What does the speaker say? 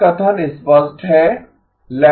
क्या कथन स्पष्ट है